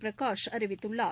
பிரகாஷ் அறிவித்துள்ளார்